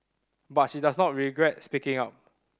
but she does not regret speaking up